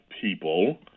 people